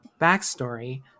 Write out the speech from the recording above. backstory